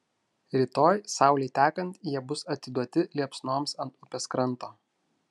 rytoj saulei tekant jie bus atiduoti liepsnoms ant upės kranto